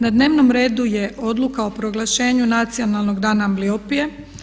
Na dnevnom redu je Odluka o proglašenju Nacionalnog dana ambliopije.